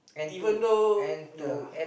even though ya